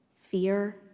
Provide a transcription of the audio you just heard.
fear